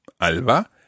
Alba